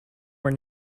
were